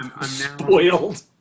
spoiled